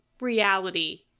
reality